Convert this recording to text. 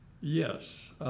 Yes